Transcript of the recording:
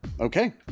Okay